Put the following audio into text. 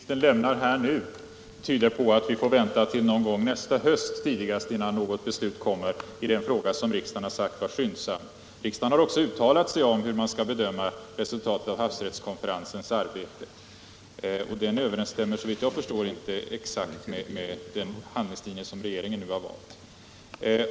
Herr talman! Det besked som utrikesministern lämnar tyder på att vi får vänta till någon gång nästa höst innan något beslut kommer i den fråga som riksdagen har sagt skall behandlas skyndsamt. Riksdagen har också uttalat sig om hur man skall bedöma resultatet av havsrättskonferensens arbete. Det överensstämmer såvitt jag förstår inte med den handlingslinje som regeringen nu har valt.